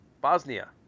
Bosnia